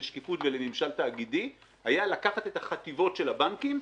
לשקיפות ולממשל תאגידי היה לקחת את החטיבות של הבנקים,